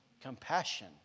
compassion